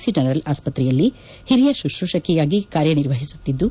C general ಆಸ್ಪತ್ರೆಯಲ್ಲಿ ಹಿರಿಯ ಶುಶ್ರೂಷಕಿಯಾಗಿ ಕಾರ್ಯನಿರ್ವಹಿಸುತ್ತಿದ್ದು